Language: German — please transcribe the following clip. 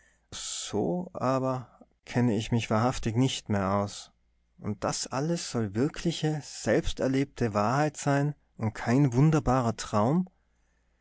so aber kenne ich mich wahrhaftig nicht mehr aus und das alles soll wirkliche selbsterlebte wahrheit sein und kein wunderbarer traum